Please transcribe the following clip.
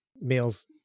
males